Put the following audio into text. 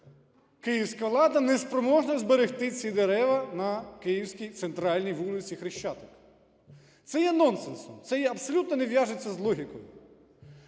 київська влада не спроможна зберегти ці дерева на київській центральній вулиці Хрещатик. Це є нонсенсом, це абсолютно не в'яжеться з логікою.